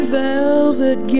velvet